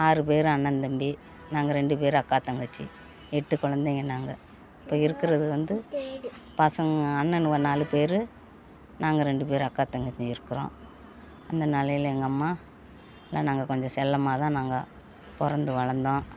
ஆறு பேரு அண்ணந்தம்பி நாங்கள் ரெண்டு பேரு அக்கா தங்கச்சி எட்டு குலந்தைங்க நாங்கள் இப்போ இருக்கிறது வந்து பசங்கள் அண்ணனுக நாலு பேரு நாங்கள் ரெண்டு பேரு அக்கா தங்கச்சி இருக்கிறோம் அந்த நிலையில எங்கள் அம்மா எல்லாம் நாங்கள் கொஞ்சம் செல்லமாகதான் நாங்கள் பிறந்து வளர்ந்தோம்